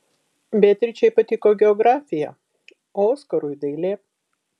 beatričei patiko geografija o oskarui dailė